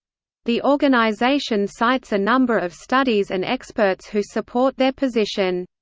the organization cites a number of studies and experts who support their position.